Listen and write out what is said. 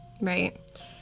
right